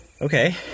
Okay